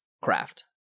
craft